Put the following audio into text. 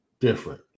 different